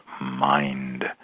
mind